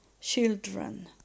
children